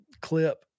clip